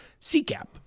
CCAP